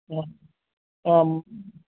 অ অ